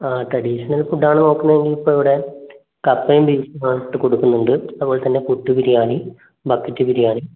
ആ traditional food ആണ് നോക്കുന്നതെങ്കിൽ ഇപ്പോൾ ഇവിടെ കപ്പയും ബീഫും കൊടുക്കുന്നുണ്ട് അതുപോലെതന്നെ പുട്ട് ബിരിയാണി ബക്കറ്റ് ബിരിയാണി